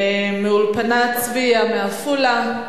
מאולפנת "צביה" בעפולה,